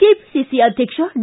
KPCC ಅಧ್ಯಕ್ಷ D